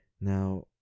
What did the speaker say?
Now